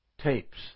tapes